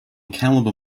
calibre